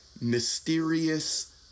Mysterious